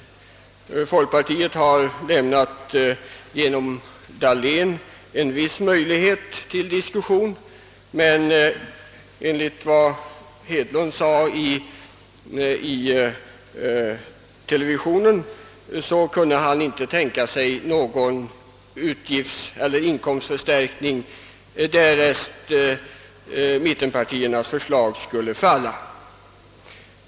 Folkpartiet har 'genom herr Dahlén lämnat en viss möj "lighet till diskussion öppen, medan herr ftedlund, enligt vad han sade i televi "Siohen, inte kan tänka sig någon in "komstförstärkning, därest mittenpar "tiernas förslag skulle falla.